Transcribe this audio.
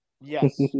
Yes